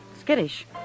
skittish